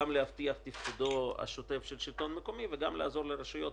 גם להבטיח את תפקודו השוטף של השלטון המקומי וגם לעזור לרשויות,